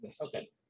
Okay